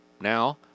now